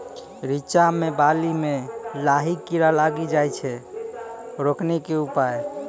रिचा मे बाली मैं लाही कीड़ा लागी जाए छै रोकने के उपाय?